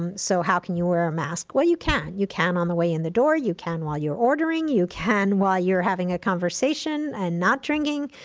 um so how can you wear a mask? well, you can, you can on the way in the door, you can while you're ordering, you can while you're having a conversation and not drinking,